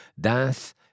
dance